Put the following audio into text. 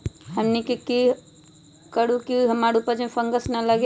हमनी की करू की हमार उपज में फंगस ना लगे?